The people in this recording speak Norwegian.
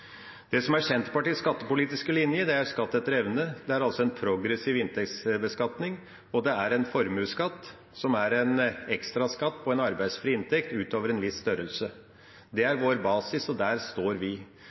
Det som er Senterpartiets skattepolitiske linje, er skatt etter evne, altså en progressiv inntektsbeskatning, og en formuesskatt som er en ekstra skatt på en arbeidsfri inntekt utover en viss størrelse. Det er vår basis, og der står vi.